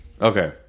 Okay